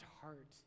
heart